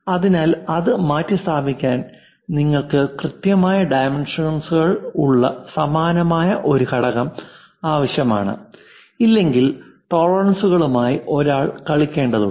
അതിനാൽ ഇത് മാറ്റിസ്ഥാപിക്കാൻ നിങ്ങൾക്ക് കൃത്യമായ ഡൈമെൻഷനുകൾ ഉള്ള സമാനമായ ഒരു ഘടകം ആവശ്യമാണ് ഇല്ലെങ്കിൽ ടോളറൻസുകളുമായി ഒരാൾ കളിക്കേണ്ടതുണ്ട്